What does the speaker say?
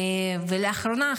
ולאחרונה,